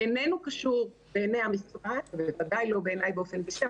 איננו קשור בעיניי המשרד וודאי לא בעיניי באופן אישי,